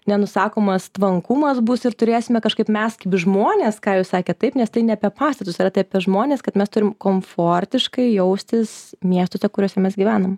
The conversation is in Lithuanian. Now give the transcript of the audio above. nenusakomas tvankumas bus ir turėsime kažkaip mes kaip žmonės ką jūs sakėt taip nes tai ne apie pastatus yra tai apie žmones kad mes turim komfortiškai jaustis miestuose kuriuose mes gyvenam